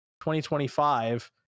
2025